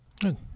Good